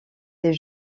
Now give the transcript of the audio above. des